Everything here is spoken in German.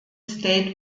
state